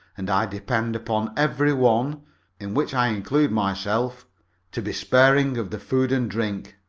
and i depend upon every one in which i include myself to be sparing of the food and drink.